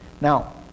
Now